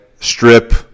strip